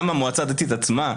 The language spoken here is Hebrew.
גם המועצה הדתית עצמה,